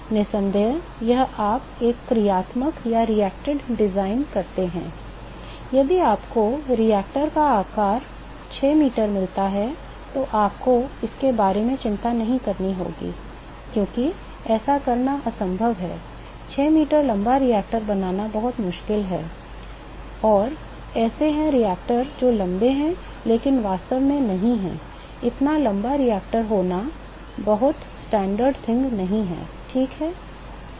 निःसंदेह यदि आप एक क्रियात्मक डिजाइन करते हैं यदि आपको रिएक्टर का आकार 6 मीटर मिलता है तो आपको इसके बारे में चिंता करनी होगी क्योंकि ऐसा करना असंभव है 6 मीटर लंबा रिएक्टर बनाना बहुत मुश्किल है और ऐसे हैं रिएक्टर जो लंबे है लेकिन वास्तव में नहीं है एक इतना लंबा रिएक्टर होना बहुत मानक बात नहीं है ठीक है